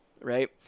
Right